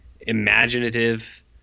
imaginative